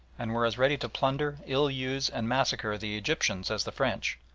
and were as ready to plunder, ill-use, and massacre the egyptians as the french,